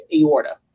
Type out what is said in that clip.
aorta